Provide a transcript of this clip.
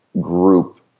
group